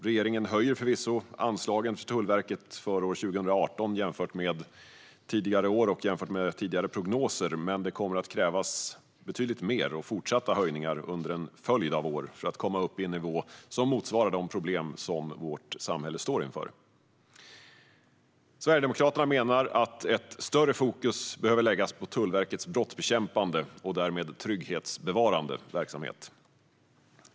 Regeringen höjer förvisso anslagen för Tullverket för 2018 jämfört med tidigare år och tidigare prognoser, men det kommer att krävas betydligt mer och fortsatta höjningar under en följd av år för att komma upp i en nivå som motsvarar de problem som vårt samhälle står inför. Sverigedemokraterna menar att ett större fokus behöver läggas på Tullverkets brottsbekämpande och därmed trygghetsbevarande verksamhet.